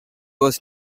was